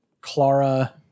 Clara